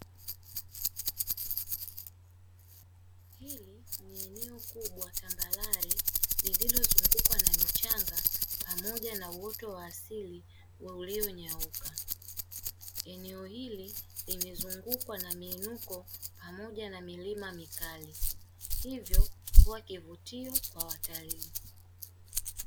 Hili ni eneo kubwa tambarare lililozungukwa na michanga pamoja na uoto wa asili ulio nyauka. Eneo hili limezungukwa na miinuko pamoja na milima mikali; hivyo kuwa kivutio kwa watalii.